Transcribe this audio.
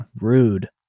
rude